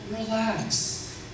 relax